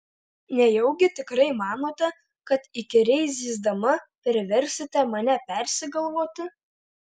nejaugi tikrai manote kad įkyriai zyzdama priversite mane persigalvoti